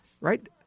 Right